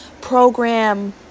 Program